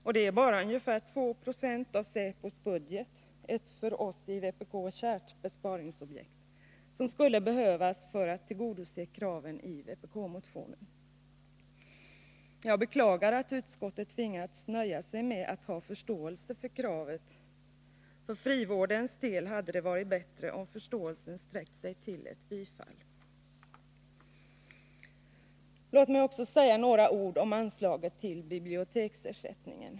Och det är bara ungefär 2 70 av säpos budget — ett för oss i vpk kärt besparingsobjekt — som skulle behövas för att tillgodose kraven i vpk Jag beklagar att utskottet tvingats nöja sig med att ha förståelse för kravet. För frivårdens del hade det varit bättre om förståelsen sträckt sig till ett bifall. Låt mig också säga några ord om anslaget till biblioteksersättningen.